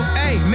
hey